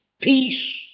Peace